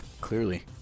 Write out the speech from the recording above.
clearly